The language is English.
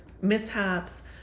mishaps